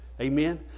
Amen